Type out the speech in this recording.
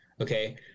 Okay